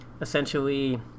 essentially